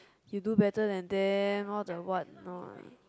you do better than them all the what and all